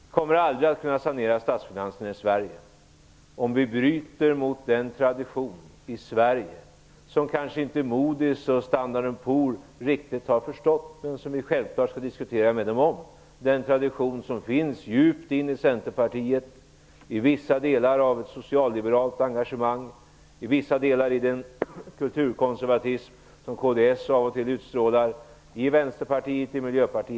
Vi kommer aldrig att kunna sanera statsfinanserna i Sverige om vi bryter mot den tradition i Sverige som kanske inte Moody ́s och Standard & Poor ́s riktigt har förstått men som vi självklart skall diskutera med dem. Det är den tradition som finns djupt inne i Centerpartiet, i vissa delar av socialliberalt engagemang, i vissa delar av den kulturkonservatism som kds av och till utstrålar, i Vänsterpartiet och i Miljöpartiet.